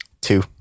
Two